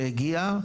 שהגיע,